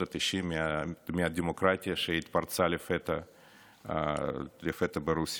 התשעים מהדמוקרטיה שהתפרצה לפתע ברוסיה.